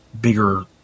bigger